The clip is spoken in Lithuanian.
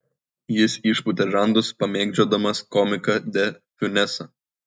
jis išpūtė žandus pamėgdžiodamas komiką de fiunesą